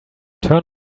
turn